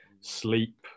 sleep